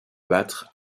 battre